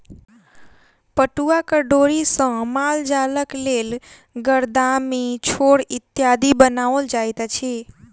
पटुआक डोरी सॅ मालजालक लेल गरदामी, छोड़ इत्यादि बनाओल जाइत अछि